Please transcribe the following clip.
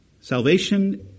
Salvation